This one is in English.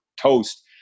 toast